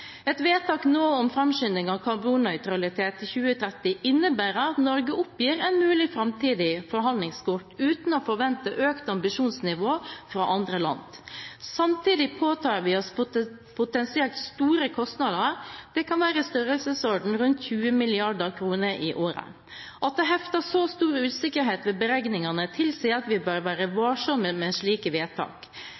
Et vedtak nå om framskynding av karbonnøytralitet til 2030 innebærer at Norge oppgir et mulig framtidig forhandlingskort uten å forvente økt ambisjonsnivå fra andre land. Samtidig påtar vi oss potensielt store kostnader – det kan være i størrelsesorden 20 mrd. kr i året. At det hefter så stor usikkerhet ved beregningene, tilsier at vi bør være